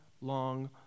long